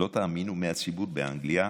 מהציבור באנגליה,